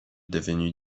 devenus